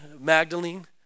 Magdalene